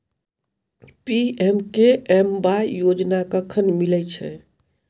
PMKMY योजना कखन मिलय छै?